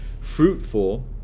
fruitful